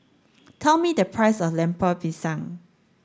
tell me the price of Lemper Pisang